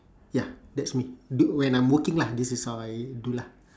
ya that's me when I'm working lah this is how I do lah